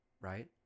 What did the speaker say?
right